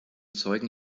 zeugen